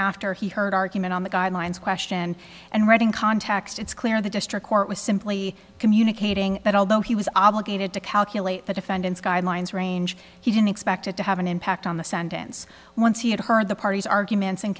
after he heard argument on the guidelines question and reading context it's clear the district court was simply communicating that although he was obligated to calculate the defendant's guidelines range he didn't expect it to have an impact on the sentence once he had heard the parties arguments and